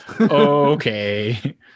Okay